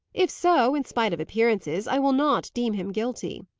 if so, in spite of appearances, i will not deem him guilty.